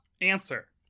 answer